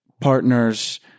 partners